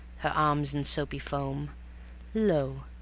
her arms in soapy foam lo!